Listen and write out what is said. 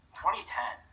2010